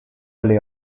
alle